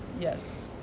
Yes